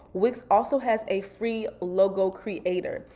wix also has a free logo creator.